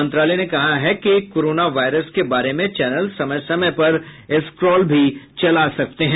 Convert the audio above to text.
मंत्रालय ने कहा है कि कोरोना वायरस के बारे में चैनल समय समय पर स्क्रौल भी चला सकते हैं